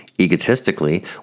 Egotistically